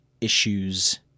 issues